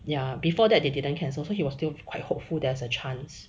ya before that they didn't cancel so he was still quite hopeful there's a chance